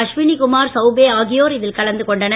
அஸ்வினிகுமார் சௌபே ஆகியோர் இதில் கலந்துகொண்டனர்